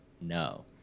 no